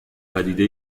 پدیده